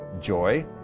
joy